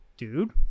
Dude